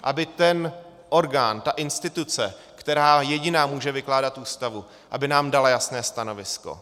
Aby ten orgán, ta instituce, která jediná může vykládat Ústavu, nám dala jasné stanovisko.